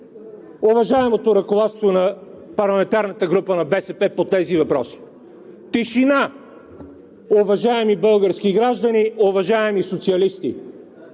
уважаемото ръководство на парламентарната група на БСП по тези въпроси – тишина, уважаеми български граждани, уважаеми социалисти!